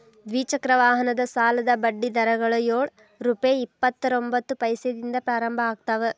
ದ್ವಿಚಕ್ರ ವಾಹನದ ಸಾಲದ ಬಡ್ಡಿ ದರಗಳು ಯೊಳ್ ರುಪೆ ಇಪ್ಪತ್ತರೊಬಂತ್ತ ಪೈಸೆದಿಂದ ಪ್ರಾರಂಭ ಆಗ್ತಾವ